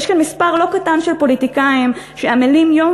יש כאן מספר לא קטן של פוליטיקאים שעמלים יום